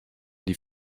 die